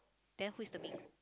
then who is the main cook